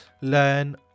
learn